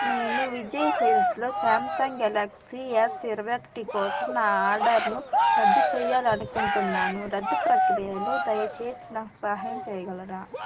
నేను విజయ్ సేల్స్లో Samsung Galaxy S ఇరవై ఒకటి కోసం నా ఆర్డర్ను రద్దు చేయాలి అనుకుంటున్నాను రద్దు ప్రక్రియలో దయచేసి నాకు సహాయం చేయగలరా